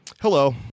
Hello